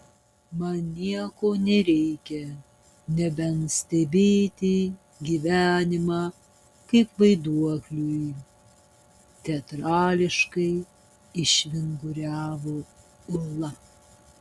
man nieko nereikia nebent stebėti gyvenimą kaip vaiduokliui teatrališkai išvinguriavo ūla